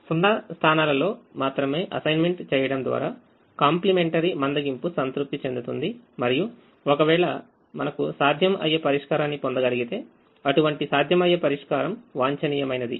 0 స్థానాల్లో మాత్రమే అసైన్మెంట్ చేయడం ద్వారా కాంప్లిమెంటరీ మందగింపు సంతృప్తి చెందుతుంది మరియుఒకవేళ మనకు సాధ్యం అయ్యే పరిష్కారాన్ని పొందగలిగితే అటువంటి సాధ్యమయ్యే పరిష్కారం వాంఛనీయమైనది